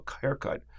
haircut